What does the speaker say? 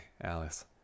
Alice